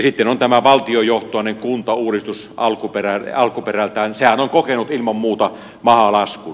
sitten on tämä valtiojohtoinen kuntauudistus alkuperältään sehän on kokenut ilman muuta mahalaskun